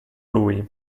lui